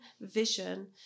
vision